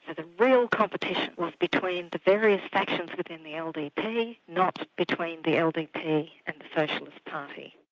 ah the real competition was between the various factions within the ldp not between the ldp and the socialist party.